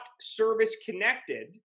service-connected